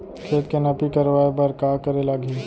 खेत के नापी करवाये बर का करे लागही?